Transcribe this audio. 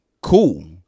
cool